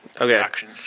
Okay